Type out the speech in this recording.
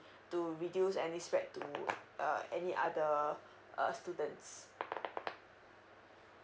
to reduce any spread to uh any other uh students